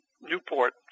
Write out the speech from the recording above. Newport